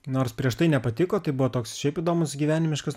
nors prieš tai nepatiko kai buvo toks šiaip įdomus gyvenimiškas